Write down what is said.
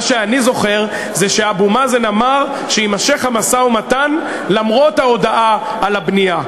שאבו מאזן אמר שיימשך המשא-ומתן למרות ההודעה על הבנייה,